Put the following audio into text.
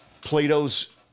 Plato's